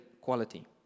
quality